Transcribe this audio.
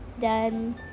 done